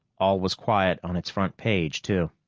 all was quiet on its front page, too.